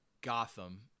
Gotham